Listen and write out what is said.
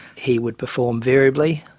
he would perform variably.